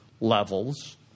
levels